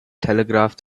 telegraph